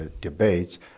debates